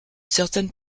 certaine